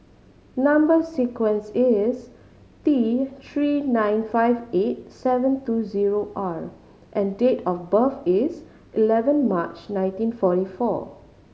number sequence is T Three nine five eight seven two zero R and date of birth is eleven March nineteen forty four